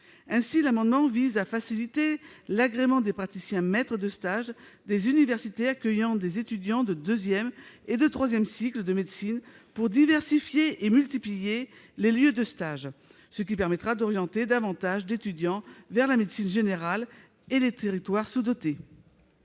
Cet amendement vise à faciliter l'agrément des praticiens maîtres de stage des universités accueillant des étudiants de deuxième et de troisième cycles de médecine, afin de diversifier et de multiplier les lieux de stage, ce qui permettra e l'orientation de davantage d'étudiants vers la médecine générale et les territoires sous-dotés.